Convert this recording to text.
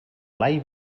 blai